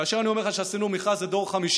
כאשר אני אומר לך שעשינו מכרז, זה דור חמישי,